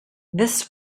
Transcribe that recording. this